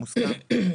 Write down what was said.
מוסכם.